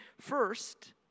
first